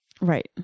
Right